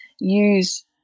use